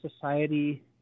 society